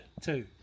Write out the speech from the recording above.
Two